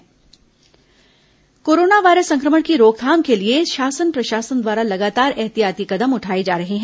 corona जिला corona virus संक्रमण की रोकथाम के लिए शासन प्रशासन द्वारा लगातार एहतियाती कदम उठाए जा रहे हैं